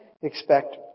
expect